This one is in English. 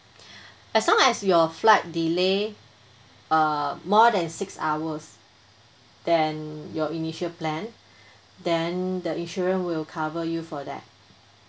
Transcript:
as long as your flight delay err more than six hours than your initial plan then the insurance will cover you for that